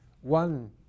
One